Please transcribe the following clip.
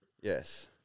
yes